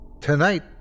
tonight